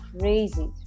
crazy